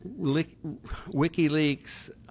WikiLeaks